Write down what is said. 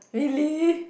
really